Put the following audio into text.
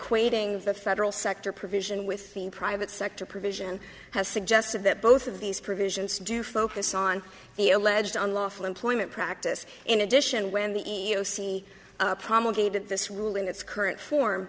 equating the federal sector provision with the private sector provision has suggested that both of these provisions do focus on the alleged unlawful employment practice in addition when the e e o c promulgated this rule in its current form